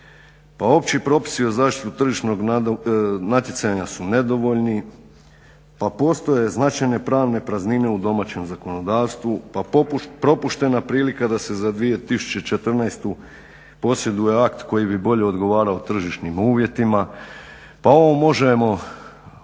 opći propisi o zaštiti tržišnog natjecanja su nedovoljni, pa postoje značajne pravne praznine u domaćem zakonodavstvu, pa propuštena prilika da se za 2014. posjeduje akt koji bi bolje odgovarao tržišnim uvjetima, pa ovo može rezultirati